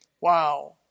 Wow